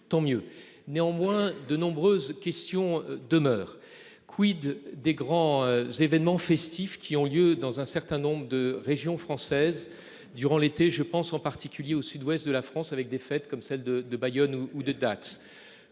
Néanmoins, de nombreuses questions demeurent. Quid des grands événements festifs qui ont lieu dans un certain nombre de régions françaises durant l'été je pense en particulier au Sud-Ouest de la France avec des fêtes comme celle de de Bayonne ou ou de